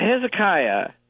hezekiah